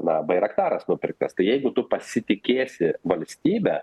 na bairaktaras nupirktas tai jeigu tu pasitikėsi valstybe